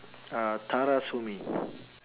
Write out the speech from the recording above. uh tara sue me